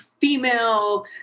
female